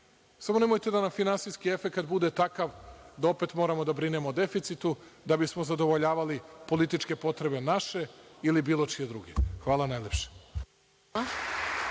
samo nemojte da finansijski efekat bude takav da opet moramo da brinemo od deficitu, da bismo zadovoljavali političke potrebe naše ili bilo čije druge. Hvala najlepše.